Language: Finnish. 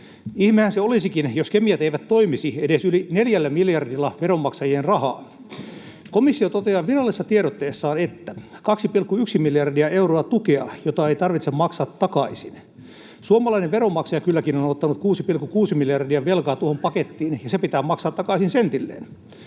Ihmehän se olisikin, jos kemiat eivät toimisi yli 4 miljardilla veronmaksajien rahaa. Komissio toteaa virallisessa tiedotteessaan, että ”2,1 miljardia euroa tukea, jota ei tarvitse maksaa takaisin”. Suomalainen veronmaksaja kylläkin on ottanut 6,6 miljardia velkaa tuohon pakettiin, ja se pitää maksaa takaisin sentilleen.